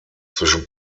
zwischen